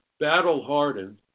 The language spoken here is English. battle-hardened